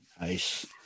nice